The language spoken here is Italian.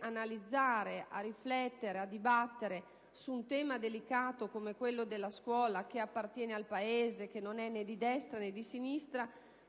analizzare, a riflettere, a dibattere su un tema delicato come quello della scuola (che appartiene al Paese e non è né di destra né di sinistra)